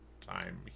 time